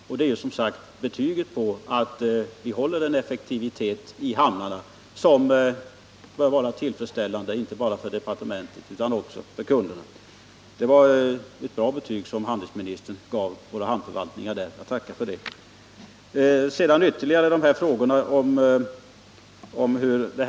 Detta är som sagt ett fint betyg på att vi håller en effektivitet i hamnarna som bör vara tillfredsställande inte bara för departementet utan också för kunderna och jag tackar för det. Sedan till frågorna om hur det skall bli med hamnavgifterna i framtiden.